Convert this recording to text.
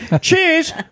cheers